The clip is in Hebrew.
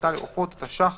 שחיטה לעופות), התש"ך